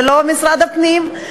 ולא משרד הפנים,